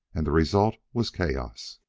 and the result was chaos.